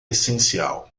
essencial